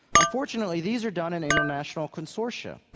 unfortunately these are done in international consortia,